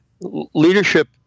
leadership